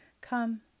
Come